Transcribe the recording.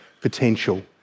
potential